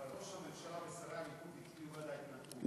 אבל ראש הממשלה והליכוד הצביעו בעד ההתנתקות,